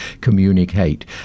communicate